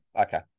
okay